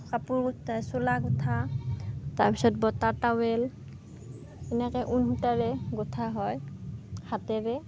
কাপোৰ গুঠা চোলা গুঠা তাৰ পাছত বতা টাৱেল এনেকৈ ঊণ সূতাৰে গুঠা হয় হাতেৰে